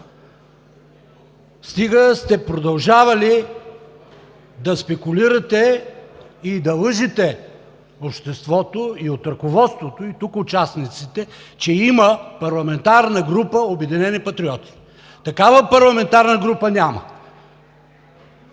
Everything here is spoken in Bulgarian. Стига сте продължавали да спекулирате и да лъжете обществото – от ръководството и тук участниците, че има парламентарна група „Обединени патриоти“. Такава парламентарна група няма.